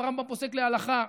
הרמב"ם פוסק להלכה.